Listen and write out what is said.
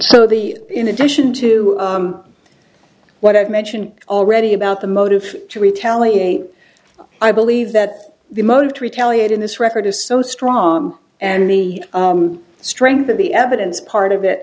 so the in addition to what i've mentioned already about the motive to retaliate i believe that the motive to retaliate in this record is so strong and the strength of the evidence part of it